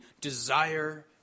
desire